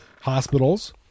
Hospitals